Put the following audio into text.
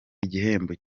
igihembo